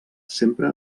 sempre